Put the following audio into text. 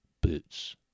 boots